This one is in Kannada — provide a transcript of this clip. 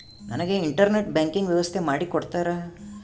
ನನಗೆ ಇಂಟರ್ನೆಟ್ ಬ್ಯಾಂಕಿಂಗ್ ವ್ಯವಸ್ಥೆ ಮಾಡಿ ಕೊಡ್ತೇರಾ?